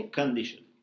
condition